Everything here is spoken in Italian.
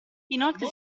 inoltre